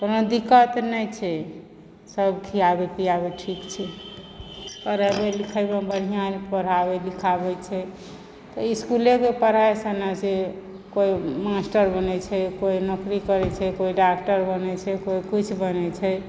कोनो दिक्कत नहि छै सभ खियाबै पियाबै ठीक छै आओर पढ़य लिखयमऽ बढ़िआँ पढ़ाबै लिखाबै छै ई स्कूलेक पढ़ाइसँ न से कोइ मास्टर बनैत छै कोइ नौकरी करैत छै कोइ डाक्टर बनैत छै कोइ किछु बनैत छै